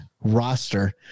roster